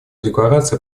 декларация